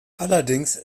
allerdings